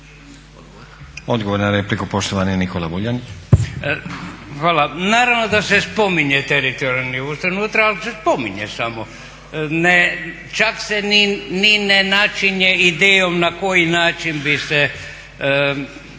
Odgovor na repliku, poštovani Nikola Vuljanić.